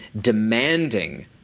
demanding –